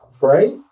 Right